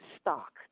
stock